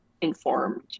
informed